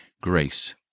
grace